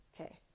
okay